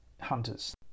hunters